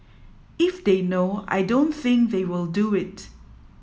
if they know I don't think they will do it